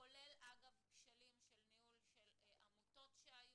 כולל אגב כשלים של ניהול של עמותות שהיו,